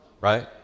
right